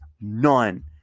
none